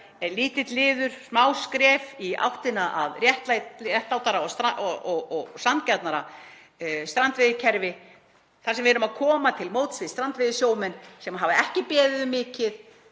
lítill liður, smáskref í áttina að réttlátara og sanngjarnara strandveiðikerfi þar sem við komum til móts við strandveiðisjómenn, sem hafa ekki beðið um mikið,